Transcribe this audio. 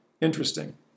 Interesting